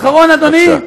אדוני.